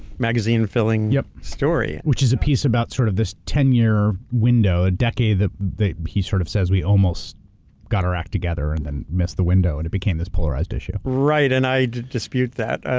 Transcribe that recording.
magazine-filling, yeah story. which is a piece about sort of this ten year window. a decade that he sort of says we almost got our act together, and then missed the window, and it became this polarized issue. right, and i dispute that.